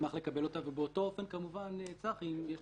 נגיד כך.